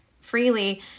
freely